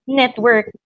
network